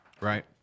right